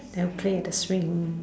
then play at the swing